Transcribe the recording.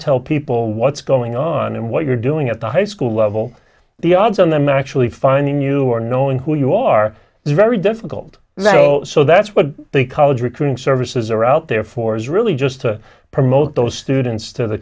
tell people what's going on and what you're doing at the high school level the odds on them actually finding you are knowing who you are is very difficult so that's what the college recruiting services are out there for is really just to promote those students to the